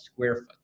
SquareFoot